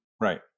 Right